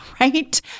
right